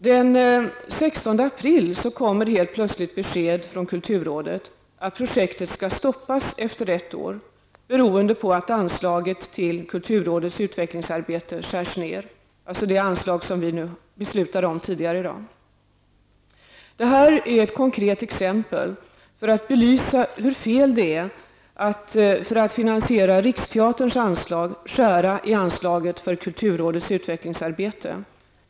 Den 16 april kom helt plötsligt besked från kulturrådet att projektet skall stoppas efter ett år beroende på att anslaget till kulturrådets utvecklingsarbete skärs ned, dvs. det anslag som vi fattade beslut om tidigare i dag. Det här är ett konkret exempel för att belysa hur fel det är att man, för att finansiera Riksteaterns anslag, skär i anslaget för kulturrådets utvecklingsarbete.